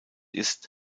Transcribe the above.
ist